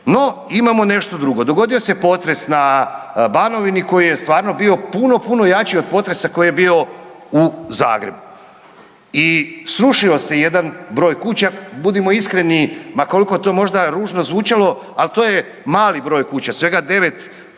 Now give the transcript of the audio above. No, imamo nešto drugo. Dogodio se potres na banovini koji je stvarno bio puno, puno jači od potresa koji je bio u Zagrebu i srušio se jedna broj kuća, budimo iskreni, ma koliko to možda ružno zvučalo, ali to je mali broj kuća, svega 9